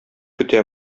көтә